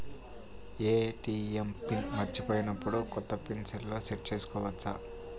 ATM PIN మరచిపోయినప్పుడు, కొత్త PIN సెల్లో సెట్ చేసుకోవచ్చా?